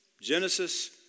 Genesis